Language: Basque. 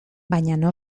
baina